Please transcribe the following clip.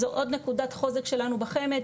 זאת עוד נקודת חוזק שלנו בחמ"ד,